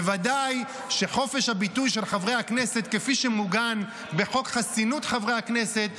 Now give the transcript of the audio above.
בוודאי שחופש הביטוי של חברי הכנסת כפי שמעוגן בחוק חסינות הכנסת,